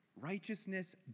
righteousness